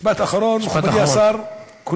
משפט אחרון, אדוני השר, משפט אחרון.